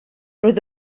roedd